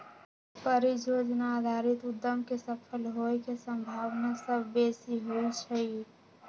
परिजोजना आधारित उद्यम के सफल होय के संभावना सभ बेशी होइ छइ